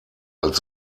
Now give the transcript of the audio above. als